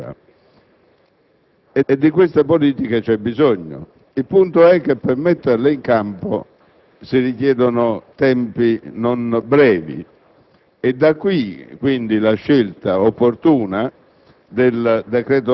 pubbliche strutturali per la domanda abitativa. Di tali politiche c'è bisogno. Il punto è che per metterle in campo si richiedono tempi non brevi.